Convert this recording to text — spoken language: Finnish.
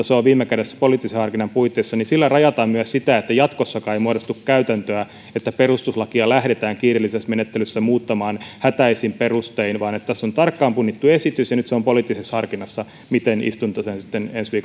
se on viime kädessä poliittisen harkinnan puitteissa niin sillä rajataan myös sitä että jatkossakaan ei muodostu käytäntöä että perustuslakia lähdetään kiireellisessä menettelyssä muuttamaan hätäisin perustein tässä on tarkkaan punnittu esitys ja nyt se on poliittisessa harkinnassa miten istunto sen sitten ensi